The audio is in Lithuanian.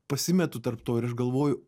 pasimetu tarp to ir aš galvoju